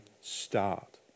start